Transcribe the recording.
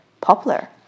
popular